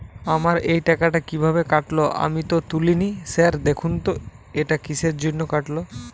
আমার এই টাকাটা কীভাবে কাটল আমি তো তুলিনি স্যার দেখুন তো এটা কিসের জন্য কাটল?